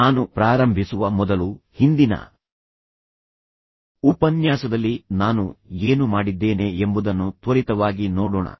ನಾನು ಪ್ರಾರಂಭಿಸುವ ಮೊದಲು ಹಿಂದಿನ ಉಪನ್ಯಾಸದಲ್ಲಿ ನಾನು ಏನು ಮಾಡಿದ್ದೇನೆ ಎಂಬುದನ್ನು ತ್ವರಿತವಾಗಿ ನೋಡೋಣ